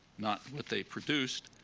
not what they produced,